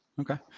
Okay